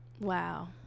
wow